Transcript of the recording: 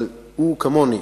אבל הוא כמוני,